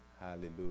Hallelujah